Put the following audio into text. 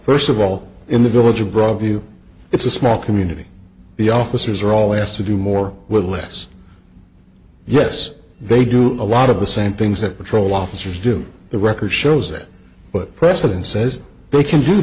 first of all in the village of broadview it's a small community the officers are all asked to do more with less yes they do a lot of the same things that patrol officers do the record shows that but precedence says they can do